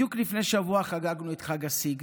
בדיוק לפני שבוע חגגנו את חג הסיגד,